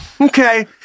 okay